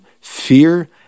fear